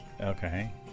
Okay